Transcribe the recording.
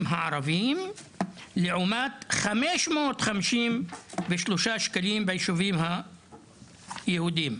הערבים לעומת כ-553 שקלים ביישובים היהודים,